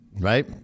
Right